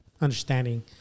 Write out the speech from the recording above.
understanding